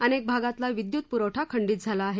अनेक भागातला विद्युत पुरवठा खंडित झाला आहे